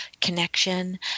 connection